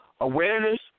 Awareness